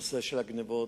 הנושא של הגנבות